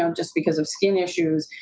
um just because of skin issues,